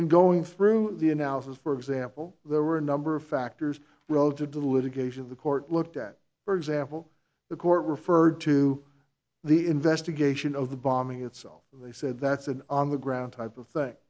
in going through the analysis for example there were a number of factors relative to the litigation of the court looked at for example the court referred to the investigation of the bombing itself they said that's an on the ground type of thing